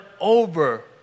over